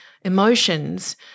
emotions